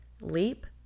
leap